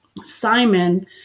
Simon